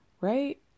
right